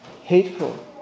hateful